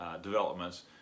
developments